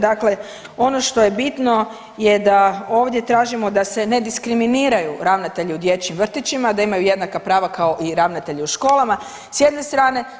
Dakle, ono što je bitno je da ovdje tražimo da se ne diskriminiraju ravnatelji u dječjim vrtićima, da imaju jednaka prava kao i ravnatelji u školama s jedne strane.